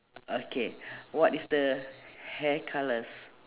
okay what is the hair colours